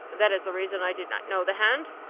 that is the reason i did not know the hand.